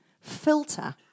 filter